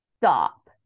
Stop